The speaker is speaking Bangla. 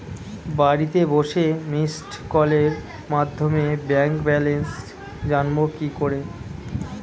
বাড়িতে বসে মিসড্ কলের মাধ্যমে ব্যাংক ব্যালেন্স জানবো কি করে?